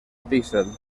píxel